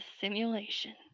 simulation